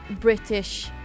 British